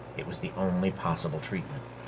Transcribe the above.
it was the only possible treatment.